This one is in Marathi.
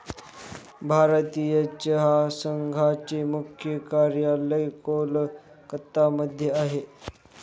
भारतीय चहा संघाचे मुख्य कार्यालय कोलकत्ता मध्ये आहे